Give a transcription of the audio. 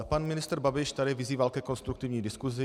Pan ministr Babiš tady vyzýval ke konstruktivní diskusi.